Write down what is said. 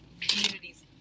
communities